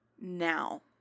now